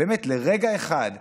באמת לרגע אחד,